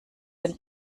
den